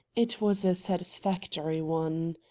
it was a satisfactory one.